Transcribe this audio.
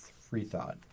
Freethought